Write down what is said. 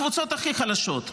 הקבוצות הכי חלשות,